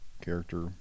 character